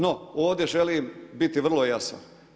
No, ovdje želim biti vrlo jasan.